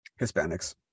Hispanics